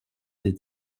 did